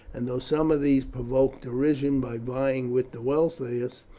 and though some of these provoke derision by vying with the wealthiest,